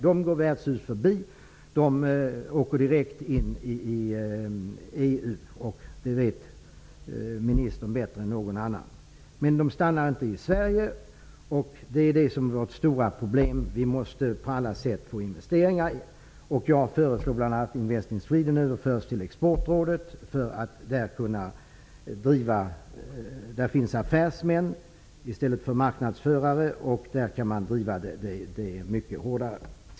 De går nu oss förbi och åker direkt in i EU. Det vet ministern bättre än någon annan. De stannar inte i Sverige. Det är vårt stora problem. Vi måste på alla sätt få investeringar. Jag föreslår bl.a. att Invest in Sweden överförs till Exportrådet. Där finns affärsmän i stället för marknadsförare. Där kan man driva det hela mycket hårdare.